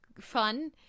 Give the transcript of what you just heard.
fun